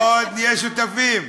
עוד נהיה שותפים.